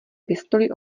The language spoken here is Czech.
pistoli